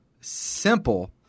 simple